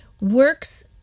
works